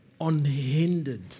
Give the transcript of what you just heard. unhindered